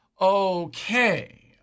Okay